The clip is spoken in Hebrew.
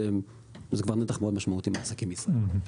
וזה כבר נתח מאוד משמעותי מהעסקים בישראל.